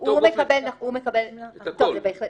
הוא מקבל --- הוא מקבל הכול.